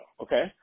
okay